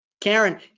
Karen